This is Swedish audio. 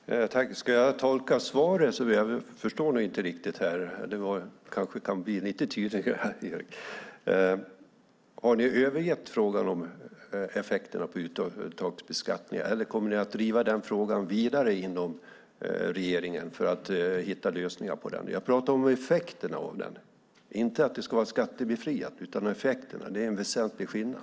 Fru talman! Hur ska jag tolka svaret? Jag förstår det inte riktigt. Du kanske kan bli lite tydligare, Erik A Eriksson. Har ni övergett frågan om effekterna av uttagsbeskattningen? Eller kommer ni att driva den frågan vidare inom regeringen för att hitta lösningar på den? Jag pratar om effekterna av den, inte att det ska vara skattebefriat. Det är en väsentlig skillnad.